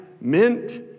mint